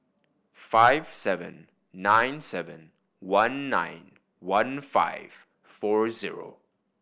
five seven nine seven one nine one five four zero